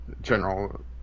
general